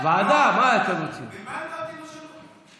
בלבלת אותי עם השמות.